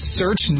search